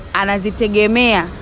anazitegemea